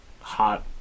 hot